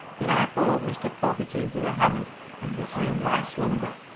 then i followed mr. fogerty into the hammock and resumed my slumber,